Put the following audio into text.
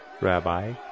Rabbi